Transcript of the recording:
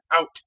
out